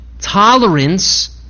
tolerance